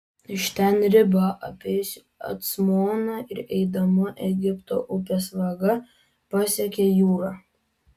iš ten riba apėjusi acmoną ir eidama egipto upės vaga pasiekia jūrą